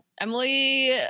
Emily